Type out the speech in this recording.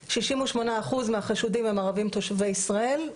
ש- 68 אחוז מהחשודים הם ערבים תושבי ישראל,